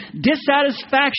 dissatisfaction